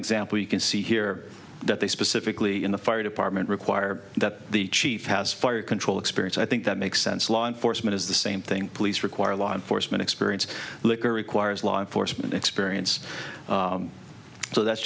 example you can see here that they specifically in the fire department require that the chief has fire control experience i think that makes sense law enforcement is the same thing police require law enforcement experience liquor requires law enforcement experience so that's